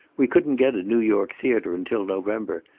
we couldn't get a new york theater until november,